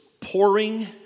pouring